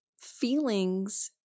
feelings